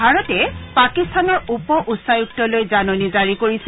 ভাৰতে পাকিস্তানৰ উপ উচ্চায়ুক্তলৈ জাননী জাৰি কৰিছে